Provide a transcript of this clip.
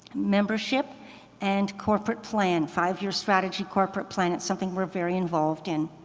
membership and corporate plan, five-year strategy corporate plan, it's something we're very involved in.